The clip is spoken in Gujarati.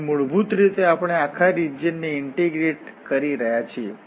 તેથી મૂળભૂત રીતે આપણે આખા રિજીયન ને ઇન્ટીગ્રેટ કરી રહ્યા છીએ